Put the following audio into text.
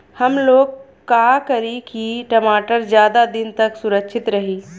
हमलोग का करी की टमाटर ज्यादा दिन तक सुरक्षित रही?